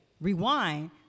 rewind